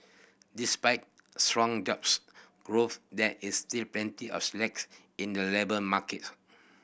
despite strong jobs growth there is still plenty of slack in the labour market